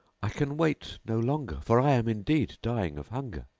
i can wait no longer for i am indeed dying of hunger.